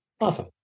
Awesome